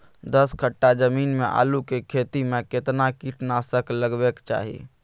दस कट्ठा जमीन में आलू के खेती म केतना कीट नासक लगबै के चाही?